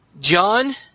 John